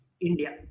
India